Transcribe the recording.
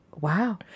Wow